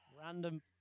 random